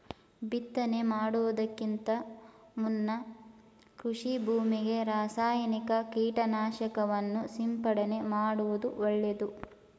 ಬಿತ್ತನೆ ಮಾಡುವುದಕ್ಕಿಂತ ಮುನ್ನ ಕೃಷಿ ಭೂಮಿಗೆ ರಾಸಾಯನಿಕ ಕೀಟನಾಶಕವನ್ನು ಸಿಂಪಡಣೆ ಮಾಡುವುದು ಒಳ್ಳೆದು